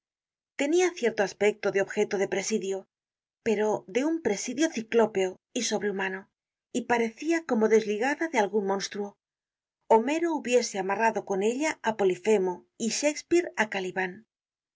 tenia cierto aspecto de objeto de presidio pero de un presidio ciclópeo y sobrehumano y parecia como desligada de algun monstruo homero hubiese amarrado con ella á polifemo y shakspeare á caliban